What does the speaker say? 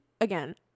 again